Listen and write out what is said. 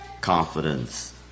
confidence